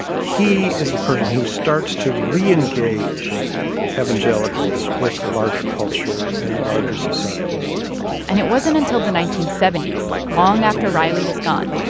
he is the person who starts to re-engage evangelicals with the larger culture and the larger society and it wasn't until the nineteen seventy s, long after riley was gone,